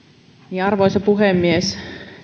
arvoisa puhemies